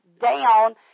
down